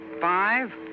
five